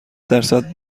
درصد